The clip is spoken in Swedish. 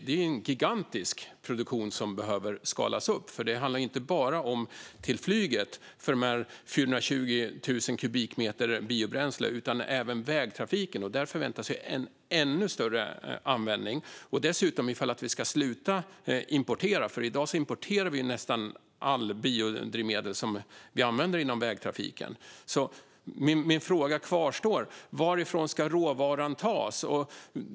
Det är en gigantisk produktion som behöver skalas upp. Det handlar inte bara om flyget och 420 000 kubikmeter biobränsle, utan även om vägtrafiken. Där förväntas en ännu större användning. Jag undrar hur det blir om vi ska sluta importera, för i dag importerar vi nästan alla biodrivmedel som vi använder inom vägtrafiken. Min fråga kvarstår: Varifrån ska råvaran tas?